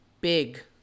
big